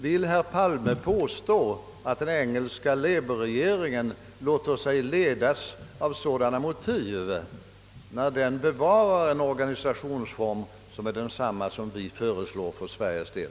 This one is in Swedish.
Vill herr Palme påstå att den engelska labourregeringen låter sig ledas av sådana motiv när den bevarar en organisationsform som i fråga om reklam liknar den vi föreslår för Sveriges del?